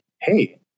hey